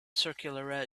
circular